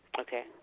Okay